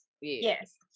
yes